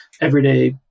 everyday